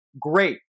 great